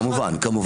כמובן.